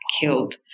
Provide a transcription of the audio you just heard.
killed